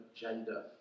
gender